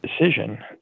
decision